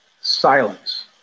Silence